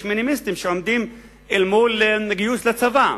שמיניסטים שעומדים אל מול גיוס לצבא.